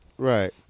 Right